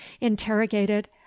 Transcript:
interrogated